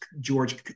George